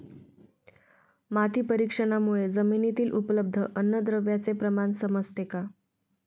माती परीक्षणामुळे जमिनीतील उपलब्ध अन्नद्रव्यांचे प्रमाण समजते का?